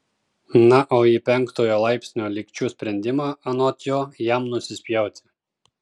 na o į penktojo laipsnio lygčių sprendimą anot jo jam nusispjauti